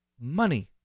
Money